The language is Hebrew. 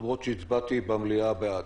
למרות שהצבעתי במליאה בעד.